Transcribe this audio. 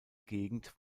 gegend